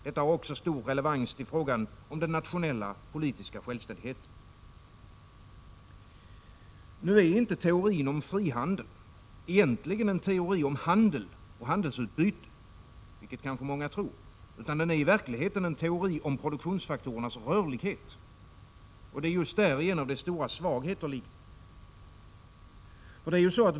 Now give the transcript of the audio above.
Detta har också stor relevans när det gäller frågan om den nationella politiska självständigheten. Nu är inte teorin om frihandeln egentligen en teori om handel och handelsutbyte, vilket kanske många tror, utan den är i verkligheten en teori om produktionsfaktorernas rörlighet. Och det är just däri som dess stora svagheter ligger.